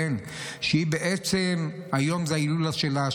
שהיום זה ההילולה שלה.